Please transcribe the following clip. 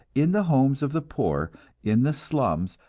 in the homes of the poor in the slums,